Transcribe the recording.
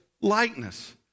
likeness